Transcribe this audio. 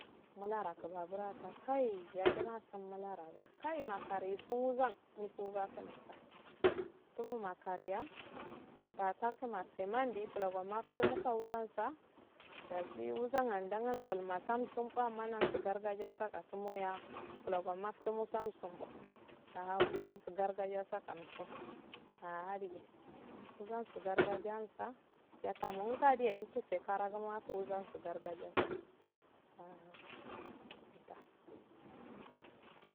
Mulrak babulata kai yagima asum mularaga kai makaniye isun wusan ugakkunga tunu makanya tcha takunmassinandi plagofu mandi mukago wuzansa da ziwuzan aqal aqal masun sun bu manasu gargaja saqatum moya blago mafti musa kumbo hausan su gargya ansun aha wusan su gurgaja insa yatamongadeye umtuse karaguma wusansu garaja sa ah mta.